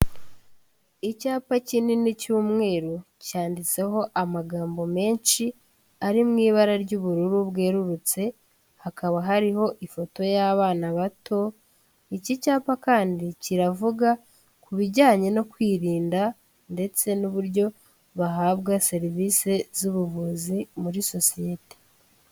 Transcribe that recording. Icyapa kinini cy'umweru cyanditseho amagambo menshi ari mu ibara ry'ubururu bwererutse, hakaba hariho ifoto y'abana bato. Iki cyapa kandi kiravuga ku bijyanye no kwirinda ndetse n'uburyo bahabwa serivisi z'ubuvuzi muri sosiyete.